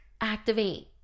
activate